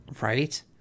right